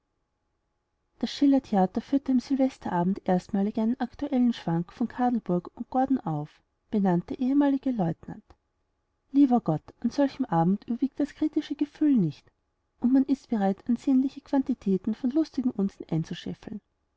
das schillertheater führte am silvesterabend erstmalig einen aktuellen schwank von kadelburg und gordon auf benannt der ehemalige leutnant lieber gott an solchem abend überwiegt das kritische gefühl nicht und man ist bereit ansehnliche quantitäten von lustigem unsinn einzuscheffeln